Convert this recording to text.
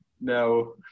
No